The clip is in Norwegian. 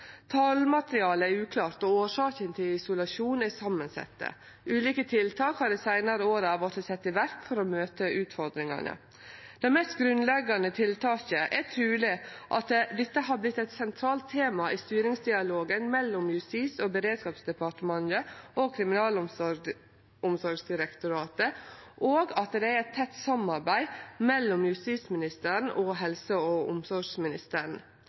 Talmaterialet er uklart, og årsakene til isolasjon er samansette. Ulike tiltak har dei seinare åra vorte sette i verk for å møte utfordringane. Det mest grunnleggjande tiltaket er truleg at dette har vorte eit sentralt tema i styringsdialogen mellom Justis- og beredskapsdepartementet og Kriminalomsorgsdirektoratet, og at det er eit tett samarbeid mellom justisministeren og helse- og omsorgsministeren